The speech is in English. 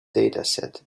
dataset